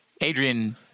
Adrian